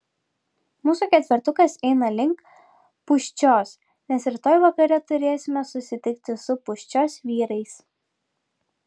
mūsų ketvertukas eina link pūščios nes rytoj vakare turėsime susitikti su pūščios vyrais